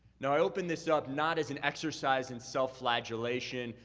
now, i open this up not as an exercise in self-flagellation,